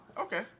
Okay